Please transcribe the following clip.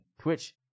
Twitch